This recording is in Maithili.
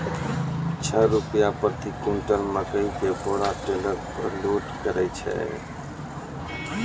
छह रु प्रति क्विंटल मकई के बोरा टेलर पे लोड करे छैय?